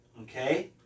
Okay